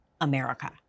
America